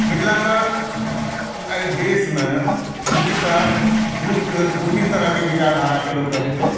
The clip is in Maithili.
मिथिलामे एहि देशमे मुख्यत दू दू तीन तरह के विचारधारा के लोक रहै छै